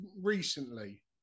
recently